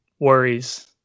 worries